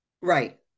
Right